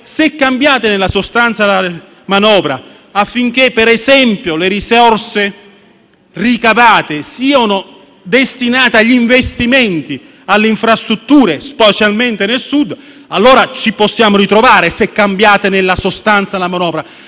se cambiate nella sostanza la manovra affinché, per esempio, le risorse ricavate siano destinate agli investimenti e alle infrastrutture, specialmente nel Sud, allora ci possiamo ritrovare, ancorché rimanga